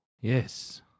yes